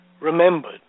remembered